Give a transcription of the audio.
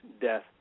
death